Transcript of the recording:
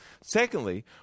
Secondly